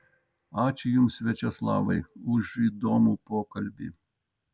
ačiū jums viačeslavai už įdomų pokalbį